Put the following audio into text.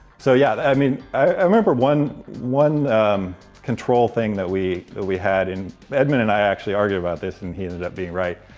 so, yeah. i mean, i remember one one control thing that we that we had, and edmund and i actually argued about this. and he ended up being right,